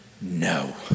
No